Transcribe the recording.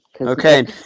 Okay